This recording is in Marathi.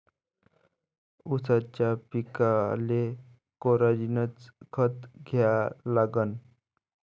ऊसाच्या पिकाले कोनकोनचं खत द्या लागन?